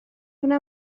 hwnna